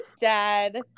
dad